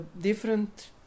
different